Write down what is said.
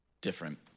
different